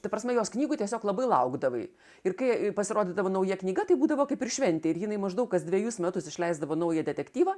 ta prasme jos knygų tiesiog labai laukdavai ir kai pasirodydavo nauja knyga tai būdavo kaip ir šventė ir jinai maždaug kas dvejus metus išleisdavo naują detektyvą